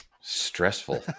Stressful